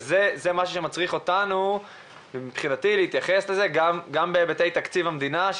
זה משהו שמצריך אותנו מבחינתי להתייחס גם בהיבטי תקציב המדינה.